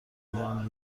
بگم